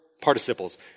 Participles